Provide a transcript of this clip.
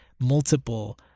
multiple